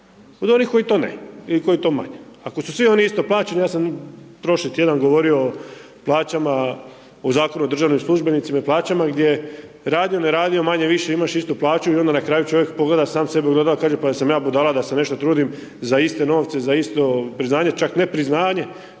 od onih koji to ne i koji to manje. Ako su svi oni isto plaćeni, ja sam prošli tjedan govorio o plaćama o Zakonu o državnim službenicima i plaćama, gdje, radio, ne radio manje-više imaš istu plaću i onda na kraju čovjek pogleda sam sebe u ogledalo i kaže pa jesam ja budala da se nešto trudim za iste novce, za isto priznanje, čak ne priznanje